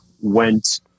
went